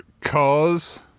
Cause